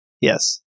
Yes